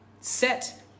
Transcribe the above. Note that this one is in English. set